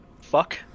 fuck